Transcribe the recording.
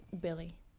billy